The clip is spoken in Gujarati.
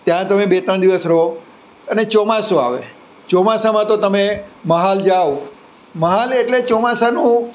ત્યાં તમે બે ત્રણ દિવસ રહો અને ચોમાસું આવે ચોમાસામાં તો તમે મહાલ જાવ મહાલ એટલે ચોમાસાનું